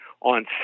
on